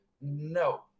no